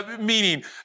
Meaning